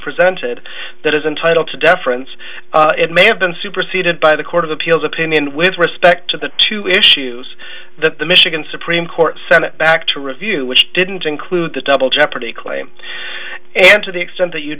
presented that is entitled to deference it may have been superseded by the court of appeals opinion with respect to the two issues that the michigan supreme court sent it back to review which didn't include the double jeopardy claim and to the extent that you